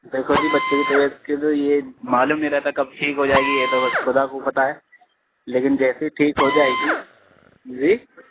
دیکھو جی بچے کی طبیعت کی تو یہ معلوم نہیں رہتا کب ٹھیک ہو جائے گی یہ تو بس خدا کو پتہ ہے لیکن جیسے ہی ٹھیک ہو جائے گی جی